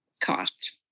cost